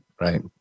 Right